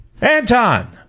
Anton